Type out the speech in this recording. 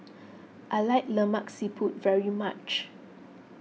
I like Lemak Siput very much